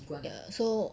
ya so